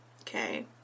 Okay